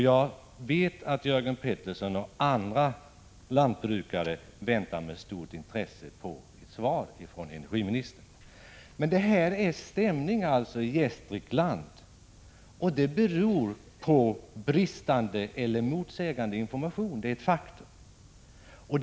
Jag vet att Jörgen Pettersson och andra lantbrukare väntar med stort intresse på ett svar från energiministern. Det här är ett exempel på hur stämningen är i Gästrikland. Det beror på bristande eller motsägande information — det är ett faktum.